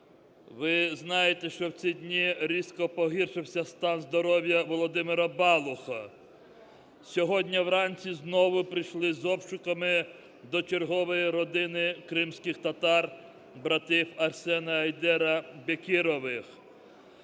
Ви знаєте, що в ці дні різко погіршився стан здоров'я Володимира Балуха. Сьогодні вранці знову прийшли з обшуками до чергової родини кримських татар братів Арсена і Айдера Бекірових.